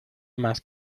más